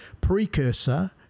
precursor